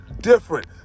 different